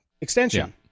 extension